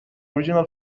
original